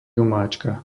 omáčka